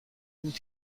بود